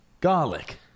garlic